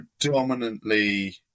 predominantly